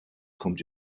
kommt